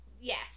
yes